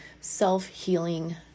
self-healing